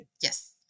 Yes